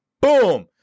Boom